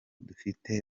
dufite